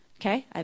Okay